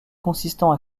consistant